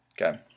Okay